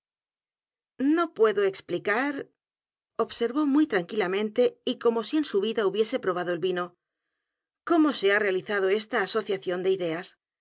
no puedo explicar observó muy tranquilamente y como si en su vida hubiese probado el vino cómo se ha realizado esta asociación de ideas